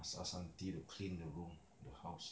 must ask auntie to clean the room the house